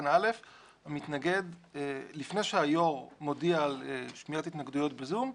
לפני שהיו"ר מודיע על שמיעת התנגדויות ב"זום",